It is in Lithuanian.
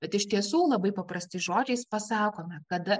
bet iš tiesų labai paprastais žodžiais pasakome kada